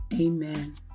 amen